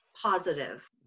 positive